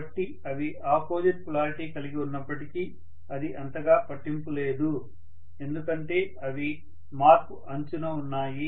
కాబట్టి అవి opposite polarity కలిగి ఉన్నప్పటికీ అది అంతగా పట్టింపు లేదు ఎందుకంటే అవి మార్పు అంచున ఉన్నాయి